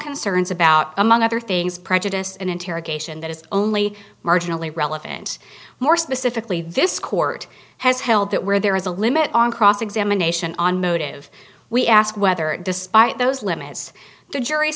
concerns about among other things prejudice and interrogation that is only marginally relevant more specifically this court has held that where there is a limit on cross examination on motive we ask whether despite those limits the jury